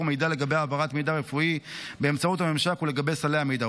מידע לגבי העברת מידע רפואי באמצעות הממשק ולגבי סלי המידע,